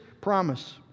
promise